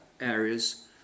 areas